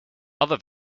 other